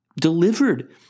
delivered